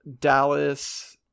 Dallas